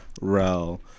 rel